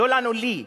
לא "לנו", לי,